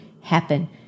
happen